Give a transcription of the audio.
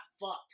fucked